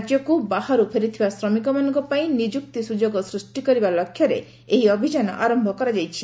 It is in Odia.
ରାଜ୍ୟକୁ ବାହାରୁ ଫେରିଥିବା ଶ୍ରମିକମାନଙ୍କ ପାଇଁ ନିଯୁକ୍ତି ସୁଯୋଗ ସ୍ହୁଷ୍ଟି କରିବା ଲକ୍ଷ୍ୟରେ ଏହି ଅଭିଯାନ ଆରମ୍ଭ କରାଯାଇଛି